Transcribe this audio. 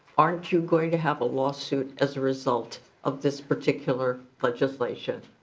aren't you going to have a lawsuit as a result of this particular legislation.